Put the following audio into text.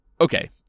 Okay